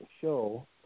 show